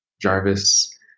Jarvis